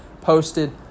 Posted